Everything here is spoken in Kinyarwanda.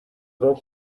rwo